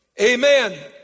Amen